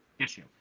issue